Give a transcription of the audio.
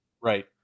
Right